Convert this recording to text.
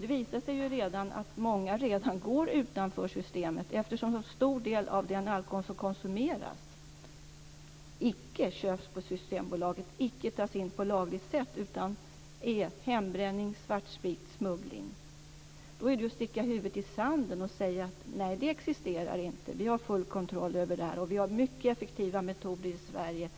Det visar sig ju att många redan går utanför systemet, eftersom en så stor del av den alkohol som konsumeras icke köps på Systembolaget och inte tas in på lagligt sätt utan är hembränt, svartsprit eller smuggelsprit. Då är det ju att sticka huvudet i sanden att säga att detta inte existerar, att man har full kontroll över detta och att man har mycket effektiva metoder i Sverige